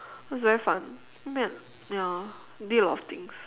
was very fun ya did a lot of things